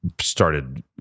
started